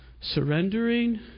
surrendering